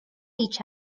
each